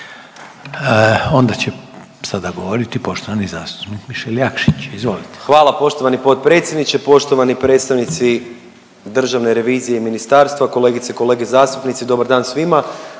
Onda će sada govoriti poštovani zastupnik Mišel Jakšić. Izvolite. **Jakšić, Mišel (SDP)** Hvala poštovani potpredsjedniče. Poštovani predstavnici državne revizije, ministarstva, kolegice i kolege zastupnici dobar dan svima.